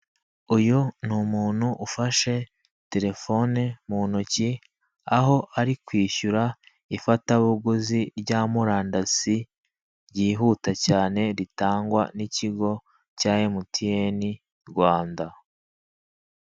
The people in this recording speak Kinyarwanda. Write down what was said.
Uyu ni umuntu ufashe telefone mu ntoki, aho ari kwishyura ifatabuguzi rya murandasi, ryihuta cyane ritangwa n'ikigo cya MTN Rwanda.